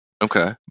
Okay